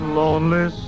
lonely